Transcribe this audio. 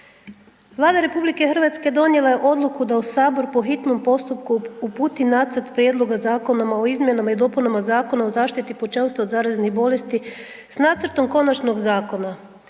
Vlada RH donijela je odluku da u sabor po hitnom postupku uputi Nacrt Prijedloga Zakona o izmjenama i dopunama Zakona o zaštiti pučanstva od zaraznih bolesti s nacrtom konačnog zakona.